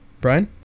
brian